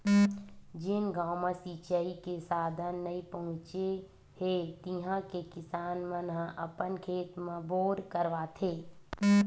जेन गाँव म सिचई के साधन नइ पहुचे हे तिहा के किसान मन ह अपन खेत म बोर करवाथे